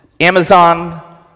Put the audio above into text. Amazon